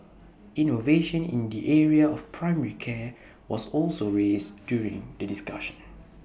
innovation in the area of primary care was also raised during the discussion